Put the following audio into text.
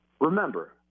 Remember